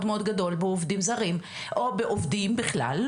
מאוד גדול בעובדים זרים או בעובדים בכלל,